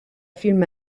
film